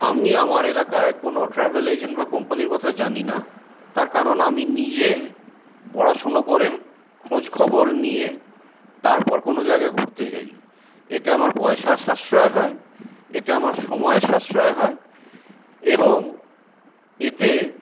আমি আমার এলাকায় কোনো ট্রাভেল এজেন্ট বা কোম্পানির কথা জানি না তার কারণ আমি নিজে পড়াশোনা করে খোঁজখবর নিয়ে তারপর কোনো জায়গায় ঘুরতে যাই এতে আমার পয়সার সাশ্রয় হয় এতে আমার সময় সাশ্রয় হয় এবং এতে